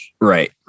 Right